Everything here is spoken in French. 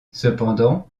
cependant